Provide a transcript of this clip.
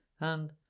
and